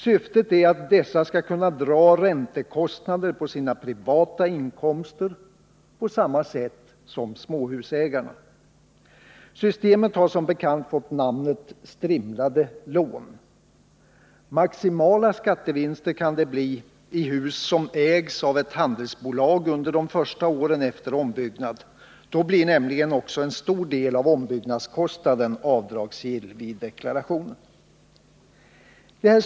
Syftet är att dessa skall kunna dra av räntekostnaderna vid deklarationen av sina privata inkomster på samma sätt som småhusägarna. Systemet har som bekant fått namnet strimlade lån. Maximala skattevinster kan det bli när det gäller hus som ägs av ett handelsbolag under de första åren efter ombyggnad. Då blir nämligen också en stor del av ombyggnadskostnaden avdragsgill vid deklarationen.